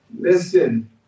Listen